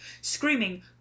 screaming